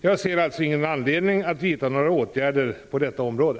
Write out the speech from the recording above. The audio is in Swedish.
Jag ser alltså ingen anledning att vidta några åtgärder på detta område.